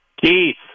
Keith